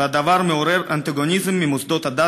והדבר מעורר אנטגוניזם כלפי מוסדות הדת